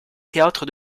théâtre